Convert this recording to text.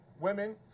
Women